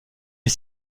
est